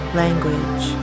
language